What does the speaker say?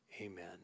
Amen